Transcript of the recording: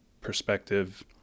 perspective